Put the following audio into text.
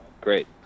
Great